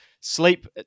sleep